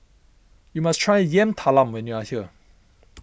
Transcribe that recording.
you must try Yam Talam when you are here